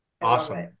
awesome